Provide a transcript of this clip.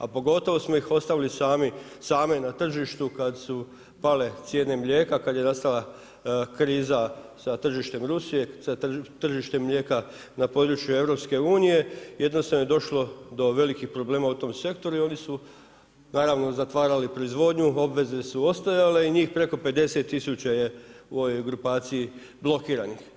A pogotovo smo ih ostavili same na tržištu kada su pale cijene mlijeka, kada je nastala kriza sa tržištem Rusije, sa tržištem mlijeka na području Europske unije jednostavno je došlo do velikih problema u tom sektoru i oni su naravno zatvarali proizvodnju, obveze su ostajale i njih preko 50 tisuća je u ovoj grupaciji blokiranih.